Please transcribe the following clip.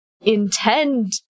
intend